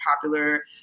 popular